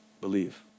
believe